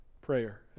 prayer